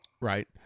right